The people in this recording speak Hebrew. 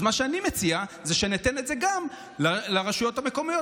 אז מה שאני מציע זה שניתן את זה גם לרשויות המקומיות